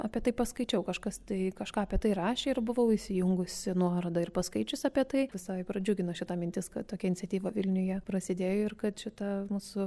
apie tai paskaičiau kažkas tai kažką apie tai rašė ir buvau įsijungusi nuorodą ir paskaičius apie tai visai pradžiugino šita mintis kad tokia iniciatyva vilniuje prasidėjo ir kad šita mūsų